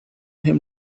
him